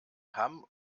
hamm